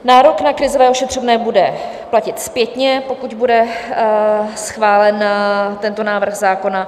Nárok na krizové ošetřovné bude platit zpětně, pokud bude schválen tento návrh zákona.